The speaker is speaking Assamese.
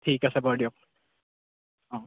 ঠিক আছে বাৰু দিয়ক অঁ